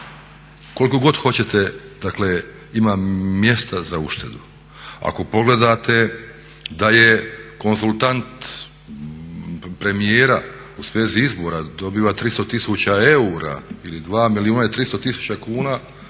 koliko god hoćete dakle ima mjesta za uštedu. Ako pogledate da je konzultant premijera u svezi izbora dobiva 300 000 eura ili 2 milijuna